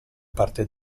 parte